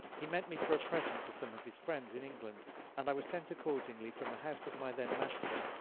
he meant me for a present to some of his friends in england and i was sent accordingly from the house of my then master,